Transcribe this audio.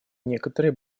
некоторые